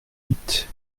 huit